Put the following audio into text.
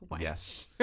Yes